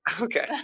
Okay